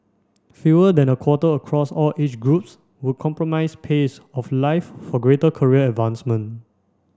fewer than a quarter across all age groups would compromise pace of life for greater career advancement